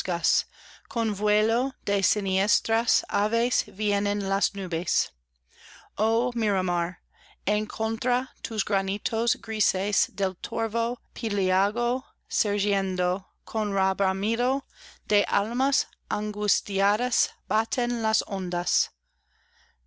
con vuelo de siniestras aves vienen las nubes oh miramar en contra tus granitos grises del torvo piélago surgiendo con rebramido de almas angustiadas baten las ondas